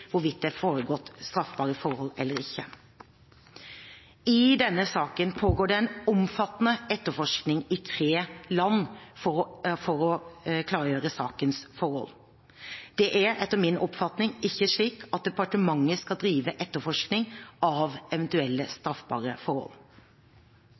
hvorvidt det har foregått straffbare forhold eller ikke. I denne saken pågår det en omfattende etterforskning i tre land for å klargjøre sakens forhold. Departementet skal etter min oppfatning ikke drive etterforskning av eventuelle straffbare forhold.